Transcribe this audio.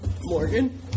Morgan